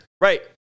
Right